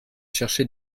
chercher